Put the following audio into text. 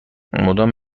مدام